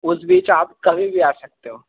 उस बीच आप कभी भी आ सकते हो